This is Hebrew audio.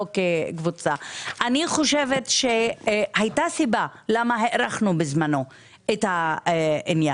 אני חושבת שהייתה סיבה בגללה הארכנו את העניין,